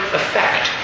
effect